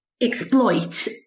exploit